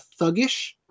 thuggish